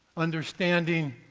understanding,